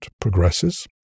progresses